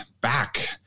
back